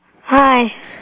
Hi